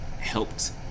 helped